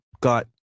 got